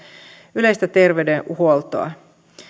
yleistä terveydenhuoltoa